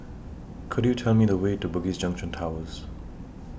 Could YOU Tell Me The Way to Bugis Junction Towers